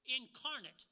incarnate